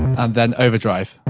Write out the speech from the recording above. and then overdrive.